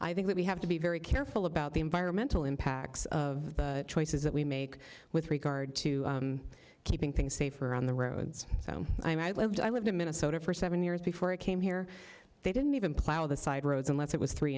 i think that we have to be very careful about the environmental impacts of the choices that we make with regard to keeping things safer on the roads i lived i lived in minnesota for seven years before i came here they didn't even plow the side roads unless it was three